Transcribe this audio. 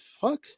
fuck